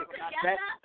together